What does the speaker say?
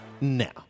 now